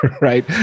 right